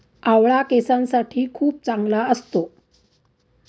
आवळा केसांसाठी खूप चांगला असतो